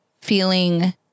feeling